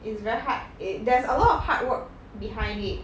it's very hard eh there's a lot of hard work behind it